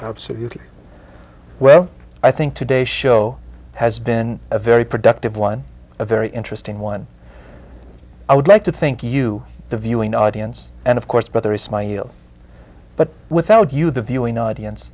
absolutely well i think today show has been a very productive one a very interesting one i would like to think you the viewing audience and of course but there is my you but without you the viewing audience